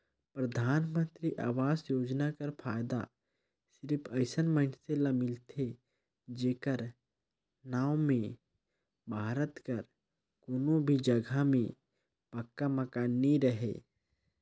परधानमंतरी आवास योजना कर फएदा सिरिप अइसन मइनसे ल मिलथे जेकर नांव में भारत कर कोनो भी जगहा में पक्का मकान नी रहें